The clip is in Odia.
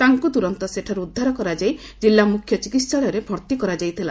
ତାଙ୍କୁ ତୁରନ୍ତ ସେଠାରୁ ଉଦ୍ଧାର କରାଯାଇ ଜିଲ୍ଲା ମୁଖ୍ୟ ଚିକିହାଳୟରେ ଭର୍ଭି କରାଯାଇଥିଲା